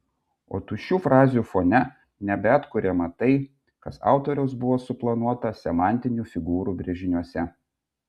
o tuščių frazių fone nebeatkuriama tai kas autoriaus buvo suplanuota semantinių figūrų brėžiniuose